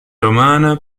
romana